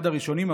אחד הראשונים,